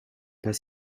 pas